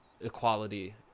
equality